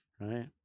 Right